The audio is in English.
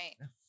right